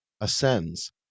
ascends